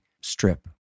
strip